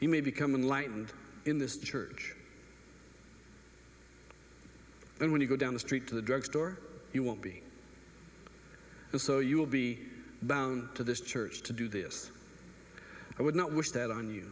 you may become enlightened in this church and when you go down the street to the drugstore you won't be so you will be bound to this church to do this i would not wish that on you